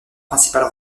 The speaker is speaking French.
principale